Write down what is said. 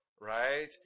right